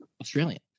Australian